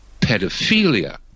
pedophilia